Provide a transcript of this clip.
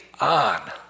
on